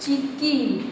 चिकी